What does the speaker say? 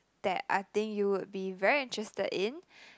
that I think you would be very interested in